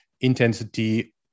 intensity